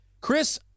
Chris